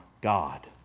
God